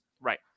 Right